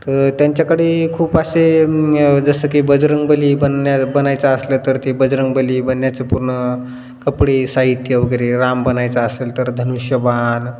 तर त्यांच्याकडे खूप असे जसं की बजरंगबली बनण्या बनायचं असलं तर ते बजरंगबली बनण्याचे पूर्ण कपडे साहित्य वगैरे राम बनायचं असेल तर धनुष्य बाण